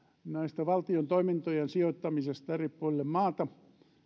näitten valtion toimintojen sijoittamisesta eri puolille maata